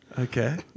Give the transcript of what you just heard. Okay